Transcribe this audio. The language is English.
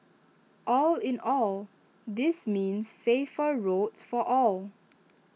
all in all this means safer roads for all